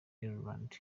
ireland